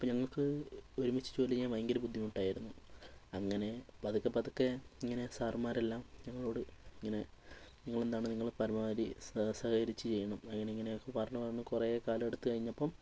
അപ്പം ഞങ്ങൾക്ക് ഒരുമിച്ച് ജോലി ചെയ്യാൻ ഭയങ്കര ബുദ്ധിമുട്ടായിരുന്നു അങ്ങനെ പതുക്കെപ്പതുക്കെ ഇങ്ങനെ സാറുമ്മാരെല്ലാം ഞങ്ങളോട് ഇങ്ങനെ നിങ്ങളെന്താണ് നിങ്ങൾ പരമാവധി സഹകരിച്ച് ചെയ്യണം അങ്ങനെ ഇങ്ങനെയൊക്കെ പറഞ്ഞ് പറഞ്ഞ് കുറേക്കാലം എടുത്തുക്കഴിഞ്ഞപ്പം